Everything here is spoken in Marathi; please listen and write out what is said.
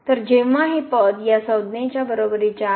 तर जेंव्हा हे पद या संज्ञेच्या बरोबरीचे आहे